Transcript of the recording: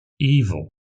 evil